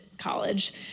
college